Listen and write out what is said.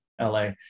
LA